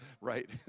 right